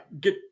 get